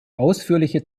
ausführliche